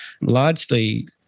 largely